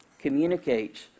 communicates